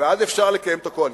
ואז אפשר לקיים את הקואליציה,